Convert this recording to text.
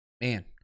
Man